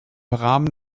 rahmen